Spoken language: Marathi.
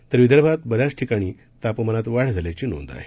तर विदर्भातल्या बऱ्याच ठिकाणी तापमानात वाढ झाल्याची नोंद आहे